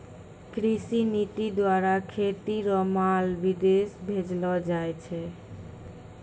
कृषि नीति द्वारा खेती रो माल विदेश भेजलो जाय छै